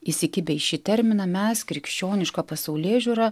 įsikibę į šį terminą mes krikščionišką pasaulėžiūrą